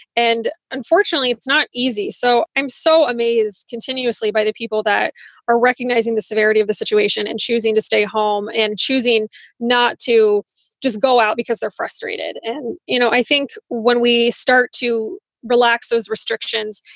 and unfortunately, it's not easy. so i'm so amazed continuously by the people that are recognizing the severity of the situation and choosing to stay home and choosing not to just go out because they're frustrated. and you know, i think when we start to relax those restrictions,